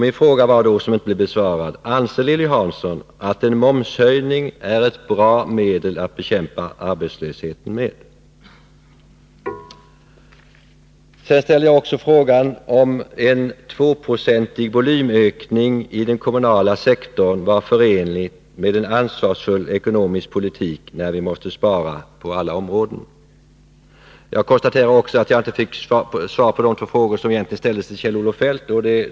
Min fråga, som inte blev besvarad, var då: Anser Lilly Hansson att en momshöjning är ett bra medel att bekämpa arbetslösheten med? Jag ställde sedan frågan om en 2-procentig volymökning i den kommunala sektorn var förenlig med en ansvarsfull ekonomisk politik när vi måste spara på alla områden. Jag konstaterar också att jag inte fick svar på de två frågor som egentligen ställdes till Kjell-Olof Feldt.